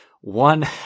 one